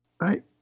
Right